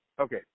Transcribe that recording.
Okay